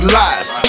lies